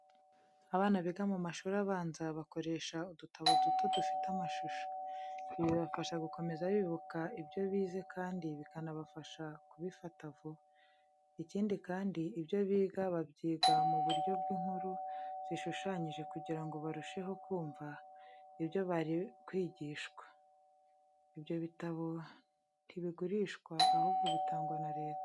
Abana biga mu mashuri abanza bakoresha udutabo duto dufite amashusho. Ibi bibafasha gukomeza bibuka ibyo bize kandi bikanabafasha gubifata vuba. Ikindi kandi ibyo biga babyiga mu buryo bw'inkuru zishushanyije kugira ngo barusheho kumva ibyo bari kwigishwa. Ibyo bitabo ntibigurishwa ahubwo bitangwa na Leta.